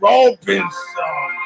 Robinson